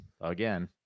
again